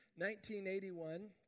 1981